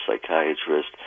psychiatrist